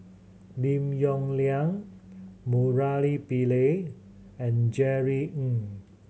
Lim Yong Liang Murali Pillai and Jerry Ng